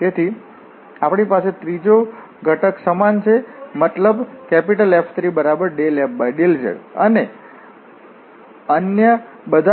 તેથી આપણી પાસે ત્રીજો ઘટક સમાન છે મતલબ F3δfδz અને અન્ય બધા પણ સમાન છે